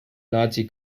nazi